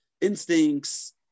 instincts